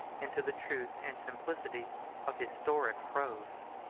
into the truth and simplicity of historic prose.